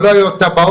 אבל לא היו התב"עות,